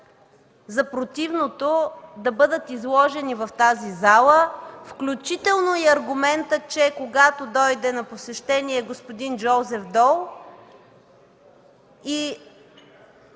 за противното да бъдат изложени в тази зала, включително и аргументът, че когато дойде на посещение Жозеф Дол и